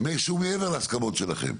שהוא מעבר להסכמות שלכם.